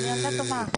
אני ילדה טובה.